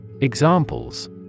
Examples